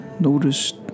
Noticed